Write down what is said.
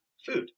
food